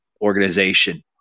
organization